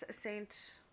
saint